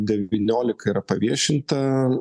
devyniolika yra paviešinta